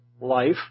life